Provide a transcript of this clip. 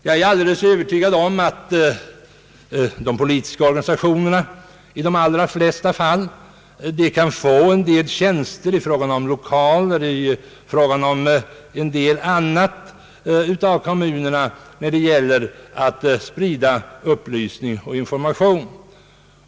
Jag är alldeles övertygad om att de politiska organisationerna i de allra flesta fall kan få en del tjänster i fråga om lokaler och annat av kommunerna, när det gäller att sprida upplysning och information.